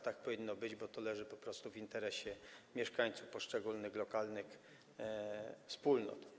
Tak powinno być, bo to leży po prostu w interesie mieszkańców poszczególnych lokalnych wspólnot.